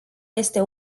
este